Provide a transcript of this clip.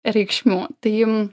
reikšmių tai